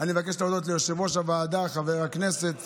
אני מבקש להודות ליושב-ראש הוועדה חבר הכנסת